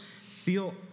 feel